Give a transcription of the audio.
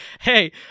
Hey